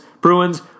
Bruins